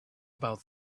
about